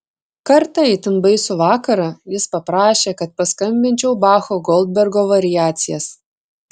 kartą itin baisų vakarą jis paprašė kad paskambinčiau bacho goldbergo variacijas